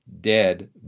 dead